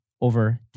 over